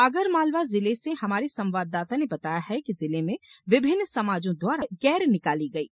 आगरमालवा जिले से हमारे संवाददाता ने बताया है कि जिले में विभिन्न समाजों द्वारा गैर निकाली गयी